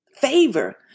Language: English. Favor